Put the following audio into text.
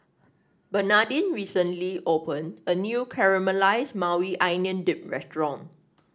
Bernadine recently opened a new Caramelized Maui Onion Dip restaurant